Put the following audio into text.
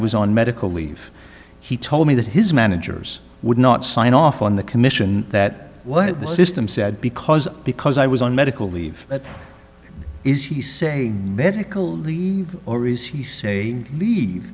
was on medical leave he told me that his managers would not sign off on the commission that what the system said because because i was on medical leave is he say medical leave or is he say leave